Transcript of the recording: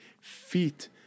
feet